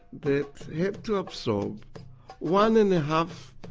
that had to absorb one and a half